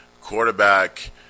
Quarterback